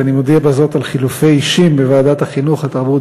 אני בטוח שהיית פה גם קודם,